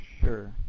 Sure